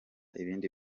ibindi